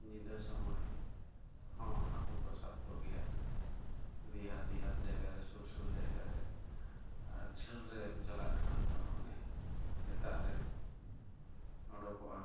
ᱧᱤᱫᱟᱹ ᱥᱚᱢᱚᱭ ᱦᱚᱸ ᱦᱟᱹᱠᱩ ᱠᱚ ᱥᱟᱵ ᱠᱚᱜᱮᱭᱟ ᱫᱤᱦᱟᱹᱛ ᱫᱤᱦᱟᱹᱛ ᱡᱟᱭᱜᱟ ᱨᱮ ᱥᱩᱨ ᱥᱩᱨ ᱡᱟᱭᱜᱟ ᱨᱮ ᱟᱨ ᱡᱷᱟᱹᱞ ᱨᱮᱢ ᱪᱟᱞᱟᱜ ᱠᱷᱟᱱ ᱫᱚ ᱚᱱᱮ ᱥᱮᱛᱟᱜ ᱨᱮ ᱚᱰᱚᱠᱚᱜᱼᱟᱢ